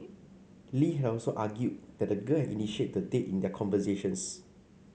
lee had also argued that the girl had initiated the date in their conversations